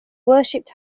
worshiped